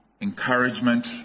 encouragement